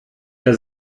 der